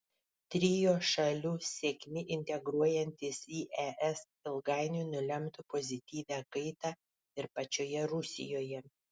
trio šalių sėkmė integruojantis į es ilgainiui nulemtų pozityvią kaitą ir pačioje rusijoje